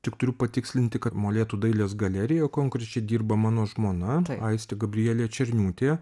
tik turiu patikslinti kad molėtų dailės galerijo konkrečiai dirba mano žmona aistė gabrielė černiūtė